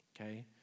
okay